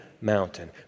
mountain